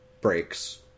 breaks